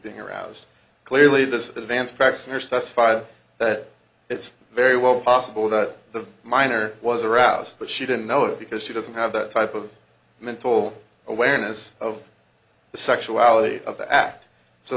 being aroused clearly this advanced practice nurse testified that it's very well possible that the minor was aroused but she didn't know it because she doesn't have that type of mental awareness of the sexuality of the act so